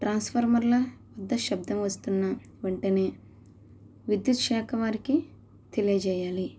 ట్రాన్స్ఫార్మర్ల పెద్ద శబ్దం వస్తున్న వెంటనే విద్యుత్ శాఖ వారికి తెలియచేయాలి